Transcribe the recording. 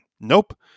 nope